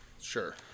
Sure